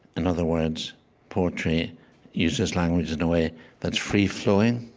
in other words, poetry uses language in a way that's free-flowing,